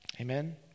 Amen